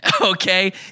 okay